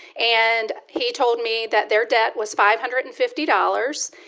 and he told me that their debt was five hundred and fifty dollars.